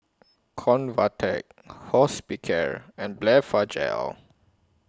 Convatec Hospicare and Blephagel